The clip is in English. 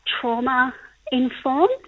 trauma-informed